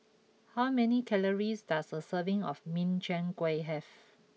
how many calories does a serving of Min Chiang Kueh have